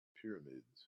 pyramids